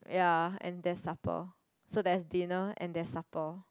ya and there's supper so there's dinner and there's supper